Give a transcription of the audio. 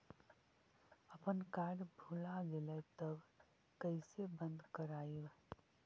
अपन कार्ड भुला गेलय तब कैसे बन्द कराइब?